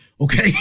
Okay